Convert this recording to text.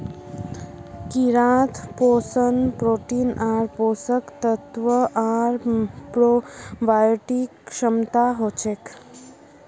कीड़ात पोषण प्रोटीन आर पोषक तत्व आर प्रोबायोटिक क्षमता हछेक